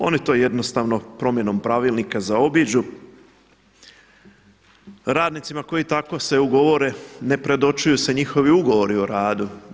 Oni to jednostavno promjenom pravilnika zaobiđu, radnicima koji se tako ugovore ne predočuju se njihovi ugovori o radu.